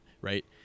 right